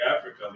Africa